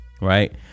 right